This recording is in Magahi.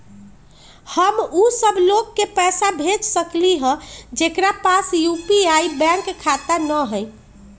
हम उ सब लोग के पैसा भेज सकली ह जेकरा पास यू.पी.आई बैंक खाता न हई?